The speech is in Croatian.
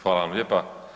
Hvala vam lijepa.